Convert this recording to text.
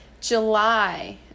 July